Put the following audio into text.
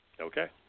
Okay